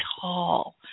tall